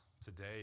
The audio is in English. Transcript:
today